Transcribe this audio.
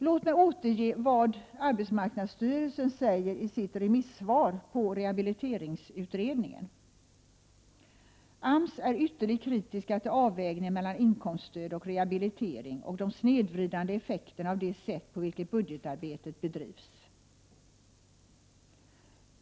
Låt mig återge vad arbetsmarknadsstyrelsen säger i sitt remissvar på rehabiliteringsutredningen. AMS är ytterligt kritiskt till avvägningen mellan inkomststöd och rehabilitering och de snedvridande effekterna av det sätt på vilket budgetarbetet bedrivs.